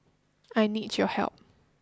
I need your help